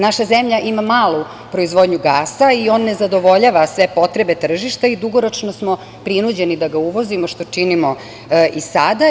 Naša zemlja ima malu proizvodnju gasa i on ne zadovoljava sve potrebe tržišta i dugoročno smo prinuđeni da ga uvozimo, što činimo i sada.